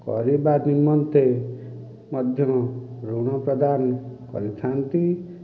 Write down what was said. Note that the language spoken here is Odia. କରିବା ନିମନ୍ତେ ମଧ୍ୟରୁ ଋଣ ପ୍ରଦାନ କରିଥାନ୍ତି